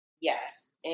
Yes